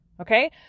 Okay